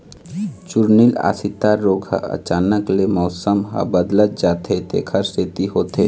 चूर्निल आसिता रोग ह अचानक ले मउसम ह बदलत जाथे तेखर सेती होथे